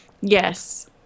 Yes